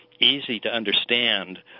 easy-to-understand